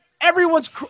Everyone's